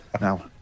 now